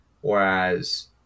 whereas